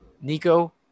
Nico